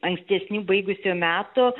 ankstesnių baigusių metų